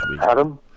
adam